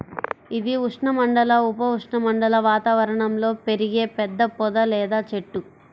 ఇది ఉష్ణమండల, ఉప ఉష్ణమండల వాతావరణంలో పెరిగే పెద్ద పొద లేదా చెట్టు